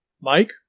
Mike